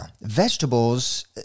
Vegetables